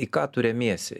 į ką tu remiesi